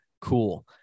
cool